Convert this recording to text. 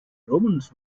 romans